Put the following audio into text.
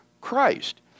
Christ